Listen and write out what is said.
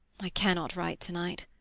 i cannot write to-night.